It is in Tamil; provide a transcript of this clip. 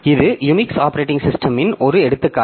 இது யுனிக்ஸ் ஆப்பரேட்டிங் சிஸ்டமின் ஒரு எடுத்துக்காட்டு